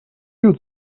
you